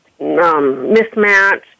mismatch